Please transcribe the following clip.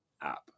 app